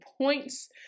points